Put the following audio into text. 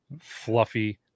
fluffy